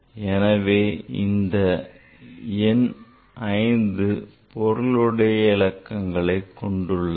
எனவே இந்த எண் 5 பொருளுடைய இலக்கங்களை கொண்டுள்ளது